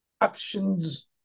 actions